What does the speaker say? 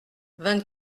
vingt